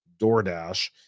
DoorDash